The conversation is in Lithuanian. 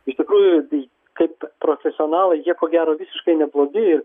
iš tikrųjų tai kaip profesionalai jie ko gero visiškai neblogi ir